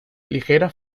ligera